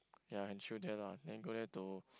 ya and chill there lah then go there to